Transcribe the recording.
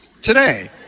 today